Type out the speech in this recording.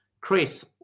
chris